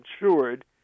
insured